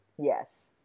Yes